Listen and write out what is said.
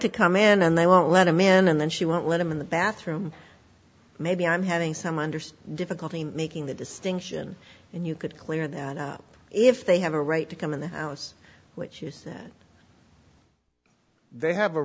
to come in and they won't let him in and then she won't let him in the bathroom maybe i'm having some understand difficulty making the distinction and you could clear that up if they have a right to come in the house which they have a